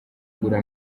ugura